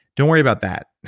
don't worry about that.